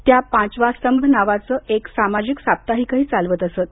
त्या पाँचवाँ स्तंभ नावाचे एक सामाजिक साप्ताहिकही चालवत असत